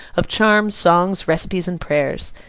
of charms, songs, recipes, and prayers.